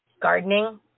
Gardening